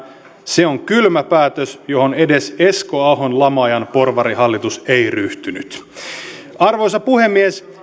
se on kylmä päätös johon edes esko ahon lama ajan porvarihallitus ei ryhtynyt arvoisa puhemies